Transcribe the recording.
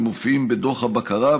הם מופיעים בדוח הבקרה,